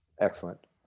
Excellent